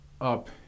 up